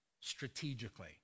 strategically